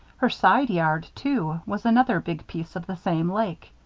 her side yard, too, was another big piece of the same lake.